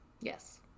Yes